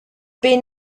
been